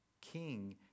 king